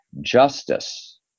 justice